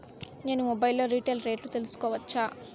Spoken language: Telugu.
నేను మొబైల్ లో రీటైల్ రేట్లు తెలుసుకోవచ్చా?